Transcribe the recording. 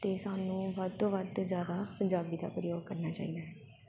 ਅਤੇ ਸਾਨੂੰ ਵੱਧ ਤੋਂ ਵੱਧ ਜ਼ਿਆਦਾ ਪੰਜਾਬੀ ਦਾ ਪ੍ਰਯੋਗ ਕਰਨਾ ਚਾਹੀਦਾ ਹੈ